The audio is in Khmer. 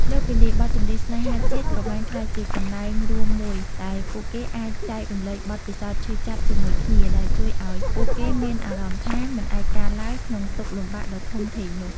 លើសពីនេះ បទចម្រៀងស្នេហាជាតិក៏បានក្លាយជា កន្លែងរួមមួយ ដែលពួកគេអាច ចែករំលែកបទពិសោធន៍ឈឺចាប់ ជាមួយគ្នា ដែលជួយឲ្យពួកគេមានអារម្មណ៍ថា មិនឯកាឡើយក្នុងទុក្ខលំបាកដ៏ធំធេងនោះ។